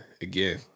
Again